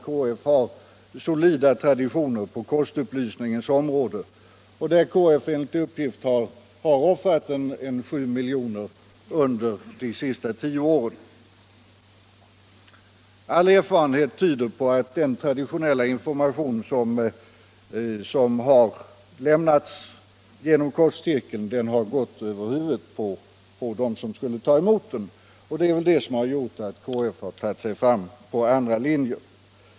KF har solida traditioner på kostupplysningens område, där man enligt uppgift har satsat omkring 7 milj.kr. under de senaste tio åren. All erfarenhet tyder på att den traditionella information som lämnats genom kostcirkeln har gått över huvudet på dem som skulle ta emot den, och det är väl det som gjort att KF har tagit sig fram på andra linjer.